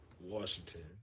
Washington